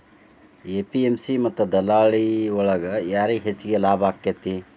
APMC ಮತ್ತ ದಲ್ಲಾಳಿ ಒಳಗ ಯಾರಿಗ್ ಹೆಚ್ಚಿಗೆ ಲಾಭ ಆಕೆತ್ತಿ?